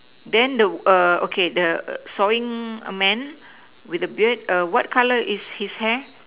then the err okay the err sawing man with the beard err what color is his hair